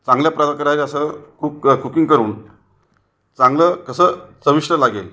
चांगल्या प्रकारे असं कूक कुकिंग करून चांगलं कसं चविष्ट लागेल